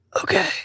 Okay